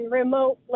remote